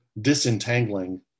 disentangling